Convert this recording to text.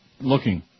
looking